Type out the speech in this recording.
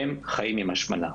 חיים עם השמנה.